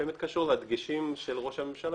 באמת קשור לדגשים של ראש הממשלה,